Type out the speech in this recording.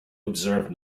observed